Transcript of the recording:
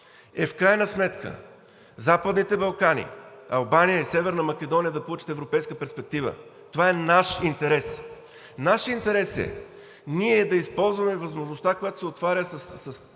– в крайна сметка Западните Балкани, Албания и Северна Македония да получат европейска перспектива. Това е наш интерес. Наш интерес е да използваме възможността, която се отваря с